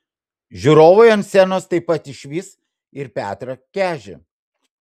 žiūrovai ant scenos taip pat išvys ir petrą kežį